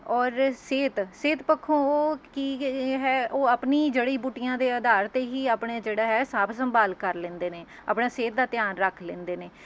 ਔਰ ਸਿਹਤ ਸਿਹਤ ਪੱਖੋਂ ਉਹ ਕੀ ਗਏ ਹੈ ਉਹ ਆਪਣੀ ਜੜ੍ਹੀ ਬੂਟੀਆਂ ਦੇ ਆਧਾਰ 'ਤੇ ਹੀ ਆਪਣੇ ਜਿਹੜਾ ਹੈ ਸਾਫ ਸੰਭਾਲ ਕਰ ਲੈਂਦੇ ਨੇ ਆਪਣੇ ਸਿਹਤ ਦਾ ਧਿਆਨ ਰੱਖ ਲੈਂਦੇ ਨੇ